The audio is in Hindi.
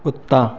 कुत्ता